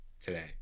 today